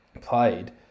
played